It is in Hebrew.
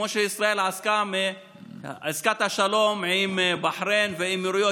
כמו שישראל עשתה בעסקת השלום עם בחריין ועם האמירויות,